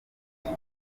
gute